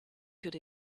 could